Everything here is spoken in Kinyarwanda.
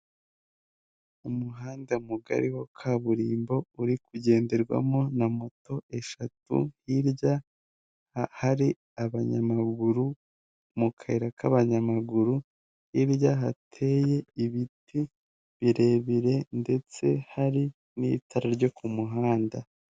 Inama igizwe n'abagore babiri n'abagabo batanu imbere yabo hariho ibikoresho by'ikoranabuhanga biririmo mudasobwa ebyiri ndetse hari n'abafite impapuro n'amakayi bagiye kwandikamo ibyo bateze amatwi imbere yabo bicaye ku ntebe z'umukara bose.